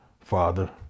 father